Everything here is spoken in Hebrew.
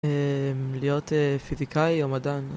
להיות פיזיקאי או מדען